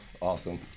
Awesome